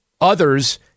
others